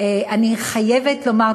אני חייבת לומר,